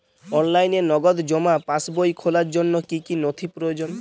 অনলাইনে নগদ জমা পাসবই খোলার জন্য কী কী নথি প্রয়োজন?